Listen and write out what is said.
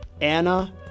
Anna